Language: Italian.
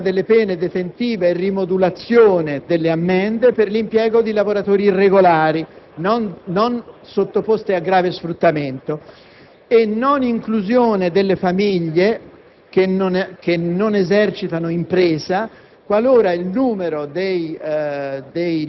che si riferisce al reclutamento di lavoratori o all'impiego di lavoratori che vengono sottoposti a grave sfruttamento mediante violenza o minaccia o mediante intimidazioni o che pure esercitano il lavoro in forme degradanti.